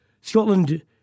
Scotland